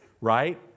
right